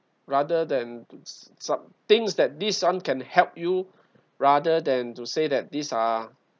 rather than sa~ things that this one can help you rather than to say that these ah